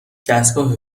دستگاه